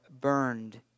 burned